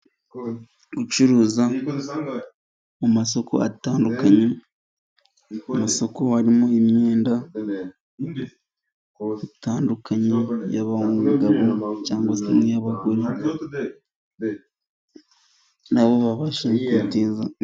Gucuruza mu masoko atandukanye mu masoko harimo imyenda itandukanye y'abagabo cyangwa se niy'abagore nabo babashije kutiza.